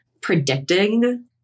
Predicting